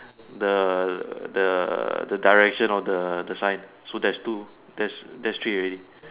the the the direction on the on the sign so there's two that's that's three really